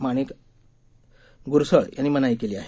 माणिक गुरसळ यांनी मनाई केली आहे